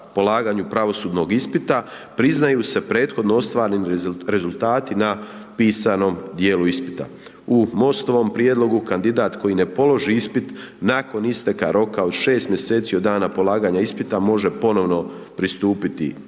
polaganju pravosudnog ispita, priznaju se prethodno ostvareni rezultati na pisanom djelu ispita. U MOST-ovom prijedlogu kandidat koji je položi ispit nakon isteka roka od 6 mj. od dana polaganja ispita može ponovno pristupiti